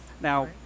now